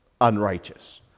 unrighteous